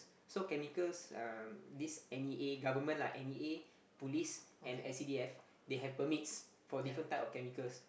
so chemicals um this n_e_a government lah n_e_a police and s_c_d_f they have permits for different type of chemicals